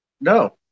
No